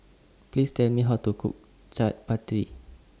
Please Tell Me How to Cook Chaat Papri